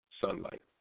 sunlight